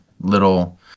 little